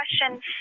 questions